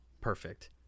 Perfect